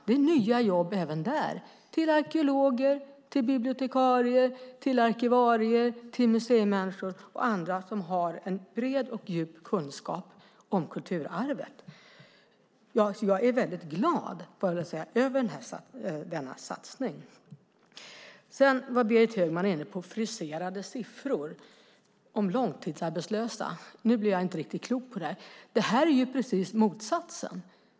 Det är nya jobb även på det området - arkeologer, bibliotekarier, arkivarier, museimänniskor och andra som har en bred och djup kunskap om kulturarvet. Jag är glad över denna satsning. Berit Högman var inne på friserade siffror om långtidsarbetslösa. Nu blir jag inte riktigt klok på det. Det här är precis motsatsen.